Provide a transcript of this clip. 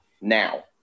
now